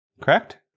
correct